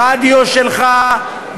ברדיו שלך,